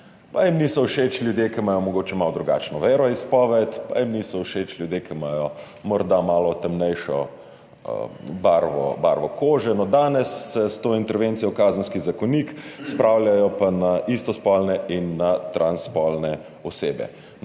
jim niso všeč ljudje, ki imajo mogoče malo drugačno veroizpoved, pa jim niso všeč ljudje, ki imajo morda malo temnejšo barvo kože, no danes se s to intervencijo v Kazenski zakonik spravljajo pa na istospolne in na transspolne osebe.